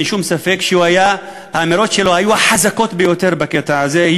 אין שום ספק שהאמירות שלו היו חזקות ביותר בקטע הזה,